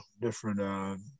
different